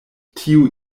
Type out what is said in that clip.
tio